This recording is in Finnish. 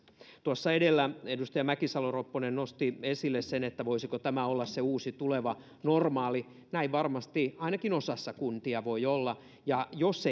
tuossa edellä edustaja mäkisalo ropponen nosti esille sen voisiko tämä olla se uusi tuleva normaali näin varmasti ainakin osassa kuntia voi olla ja jos